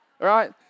Right